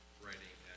writing